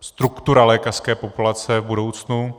struktura lékařské populace v budoucnu.